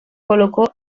colocó